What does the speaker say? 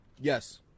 Yes